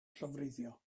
llofruddio